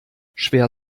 schwer